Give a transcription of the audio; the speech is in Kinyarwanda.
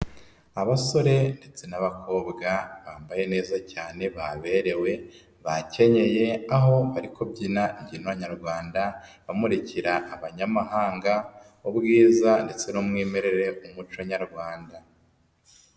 Abasore ndetse n'abakobwa bambaye neza cyane baberewe bakenyeya, aho bari kubyina imbyino nyarwanda, bamurikira abanyamahanga ubwiza ndetse n'umwimerere w'umuco nyarwanda.